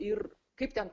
ir kaip ten